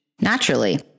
naturally